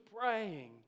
praying